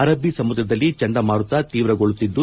ಅರಬ್ಬಿ ಸಮುದ್ರದಲ್ಲಿ ಚಂಡಮಾರುತ ತೀವ್ರಗೊಳ್ಳುತ್ತಿದ್ದು